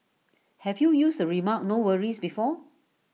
have you used the remark no worries before